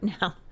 now